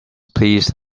please